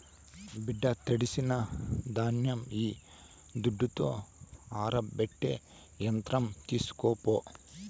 బిడ్డా తడిసిన ధాన్యం ఈ దుడ్డుతో ఆరబెట్టే యంత్రం తీస్కోపో